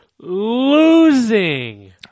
Losing